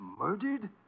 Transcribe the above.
murdered